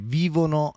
vivono